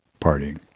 partying